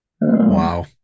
wow